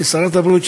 כשרת בריאות,